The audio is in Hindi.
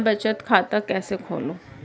मैं बचत खाता कैसे खोलूं?